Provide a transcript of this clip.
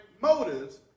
motives